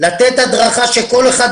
ההתנהלות שלנו כרגע,